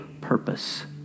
purpose